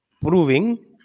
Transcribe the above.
proving